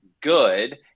good